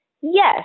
yes